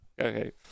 Okay